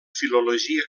filologia